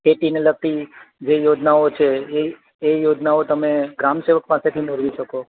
ખેતીને લગતી જે યોજનાઓ છે એ એ યોજનાઓ તમે ગ્રામસેવક પાસેથી મેળવી શકો